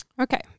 Okay